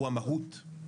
הוא המהות,